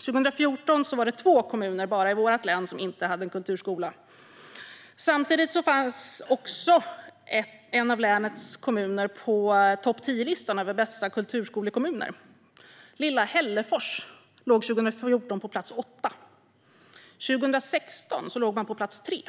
År 2014 var det bara två kommuner i vårt län som inte hade en kulturskola. Samtidigt fanns en av länets kommuner på topp tio-listan över bästa kulturskolekommuner. Lilla Hällefors låg 2014 på plats åtta. År 2016 låg man på plats tre.